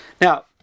Now